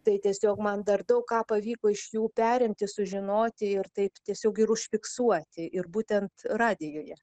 tai tiesiog man dar daug ką pavyko iš jų perimti sužinoti ir taip tiesiog ir užfiksuoti ir būtent radijuje